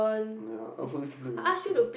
ya I also used to play badminton